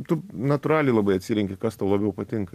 tu natūraliai labai atsirenki kas tau labiau patinka